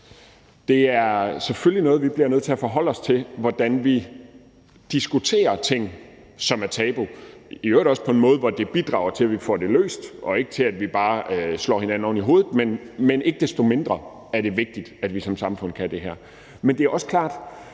bliver selvfølgelig nødt til at forholde os til, hvordan vi diskuterer ting, som er tabu, i øvrigt også på en måde, som bidrager til, at vi får det løst, og ikke til, at vi bare slår hinanden oven i hovedet. Men ikke desto mindre er det vigtigt, at vi som samfund kan det her. Det er også klart,